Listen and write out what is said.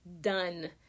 done